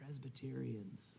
Presbyterians